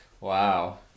Wow